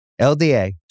LDA